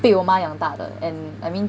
被我妈养大的 and I mean